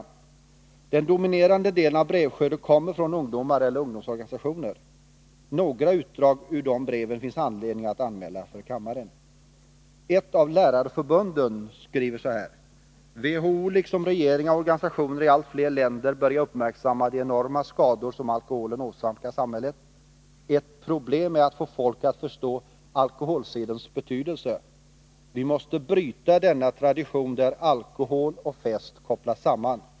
Torsdagen den Den dominerande delen i brevskörden kommer från ungdomar eller 5 maj 1983 ungdomsorganisationer. Några utdrag ur de många breven finns det WHO liksom regeringar och organisationer i allt fler länder börjar m.m. uppmärksamma de enorma skador som alkoholen åsamkar samhället. Ett problem är att få folk att förstå alkoholsedens betydelse. Vi måste bryta denna tradition, där alkohol och fest kopplas samman.